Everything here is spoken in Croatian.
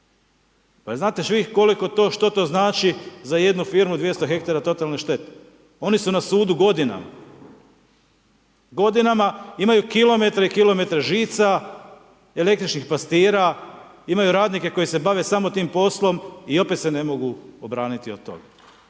to, što to znači za jednu firmu 200 ha totalne štete? Oni su na sudu godinama. Godinama, imaju kilometre i kilometre žica, električnih pastira, imaju radnike koji se bave samo tim poslom i opet se ne mogu obraniti od toga.